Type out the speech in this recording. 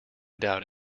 doubt